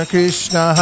Krishna